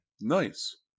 Nice